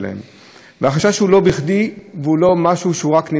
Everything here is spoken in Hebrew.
והחשש הוא לא בכדי, והוא לא משהו שנמצא רק באוויר.